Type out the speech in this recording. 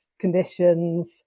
conditions